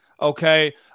Okay